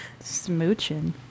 smooching